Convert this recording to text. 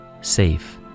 safe